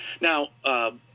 Now